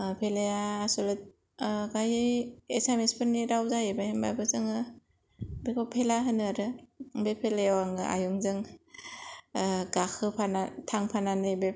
भेलाया ओमफ्राय आसामिसफोरनि राव जाहैबाय होनब्लाबो जों बेखौ भेला होनो आरो बे भेलायाव आङो आयंजों गाखोफाना थांफानानै बे